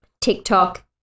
TikTok